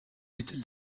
dit